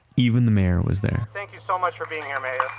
even the mayor was there. thank you so much for being here, mayor.